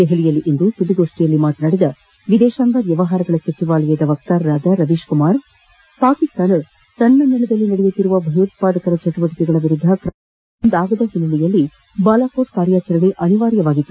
ದೆಪಲಿಯಲ್ಲಿಂದು ಸುದ್ಲಿಗೋಷ್ಟಿಯಲ್ಲಿ ಮಾತನಾಡಿದ ವಿದೇಶಾಂಗ ವ್ಯವಹಾರಗಳ ಸಚಿವಾಲಯದ ವಕ್ತಾರ ರವೀಶ್ ಕುಮಾರ್ ಪಾಕಿಸ್ತಾನ ತನ್ನ ನೆಲದಲ್ಲಿ ನಡೆಯುತ್ತಿರುವ ಭಯೋತ್ತಾದಕರ ಚಟುವಟಿಕೆಗಳ ವಿರುದ್ಲ ತ್ರಮ ಕೆಗೊಳ್ಳಲು ಮುಂದಾಗದ ಹಿನ್ನೆಲೆಯಲ್ಲಿ ಬಾಲಾಕೋಟ್ ಕಾರ್ಯಾಚರಣೆ ಅನಿವಾರ್ಯವಾಗಿತ್ತು